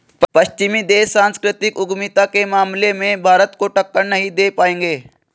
पश्चिमी देश सांस्कृतिक उद्यमिता के मामले में भारत को टक्कर नहीं दे पाएंगे